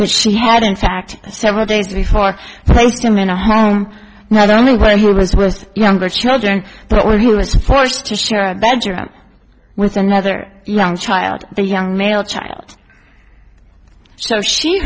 that she had in fact several days before placed him in a home not only when he was with younger children but when he was forced to share a bedroom with another young child the young male child so she